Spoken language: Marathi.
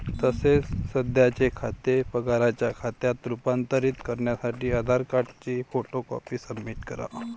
तसेच सध्याचे खाते पगाराच्या खात्यात रूपांतरित करण्यासाठी आधार कार्डची फोटो कॉपी सबमिट करा